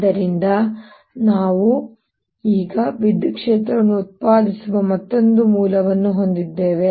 ಆದ್ದರಿಂದ ಈಗ ನಾವು ವಿದ್ಯುತ್ ಕ್ಷೇತ್ರವನ್ನು ಉತ್ಪಾದಿಸುವ ಮತ್ತೊಂದು ಮೂಲವನ್ನು ಹೊಂದಿದ್ದೇವೆ